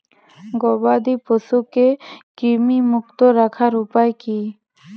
গবাদি পশুকে কৃমিমুক্ত রাখার উপায় কী?